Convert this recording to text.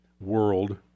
world